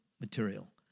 material